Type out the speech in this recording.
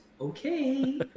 Okay